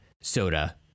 soda